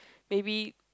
maybe